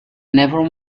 never